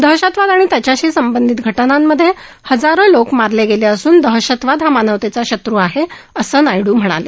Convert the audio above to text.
दहशतवाद आणि त्याच्याशी संबंधित घटनांमधे हजारो लोक मारले गेले असून दहशतवाद हा मानवतेचा शत्र् आहे असं नायडू म्हणाले